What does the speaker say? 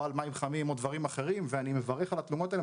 או על מים חמים ודברים אחרים - ואני מברך על התלונות האלה,